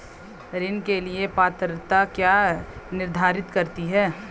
ऋण के लिए पात्रता क्या निर्धारित करती है?